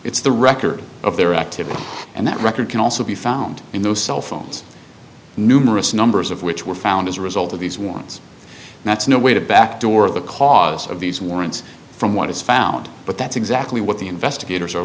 it's the record of their activity and that record can also be found in those cell phones numerous numbers of which were found as a result of these ones that's no way to backdoor the cause of these warrants from what is found but that's exactly what the investigators